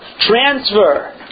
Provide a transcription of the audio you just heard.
transfer